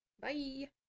Bye